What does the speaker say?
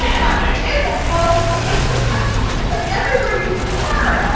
yeah maddening it's a hell state like, everywhere you turn.